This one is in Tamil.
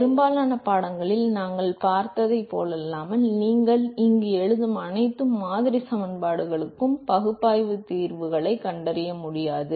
பெரும்பாலான பாடங்களில் நாங்கள் பார்த்ததைப் போலல்லாமல் நீங்கள் இங்கு எழுதும் அனைத்து மாதிரி சமன்பாடுகளுக்கும் பகுப்பாய்வு தீர்வுகளைக் கண்டறிய முடியாது